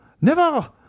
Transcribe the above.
Never